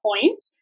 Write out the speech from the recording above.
point